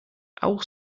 auch